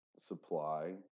supply